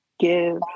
give